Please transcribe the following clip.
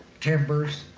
timbers.